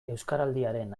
euskaraldiaren